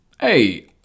hey